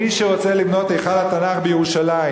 מי שרוצה לבנות היכל התנ"ך בירושלים